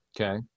okay